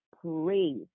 praise